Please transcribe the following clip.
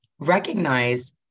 recognize